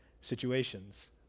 situations